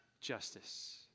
justice